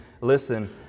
listen